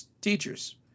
teachers